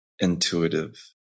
intuitive